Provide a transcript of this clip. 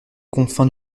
confins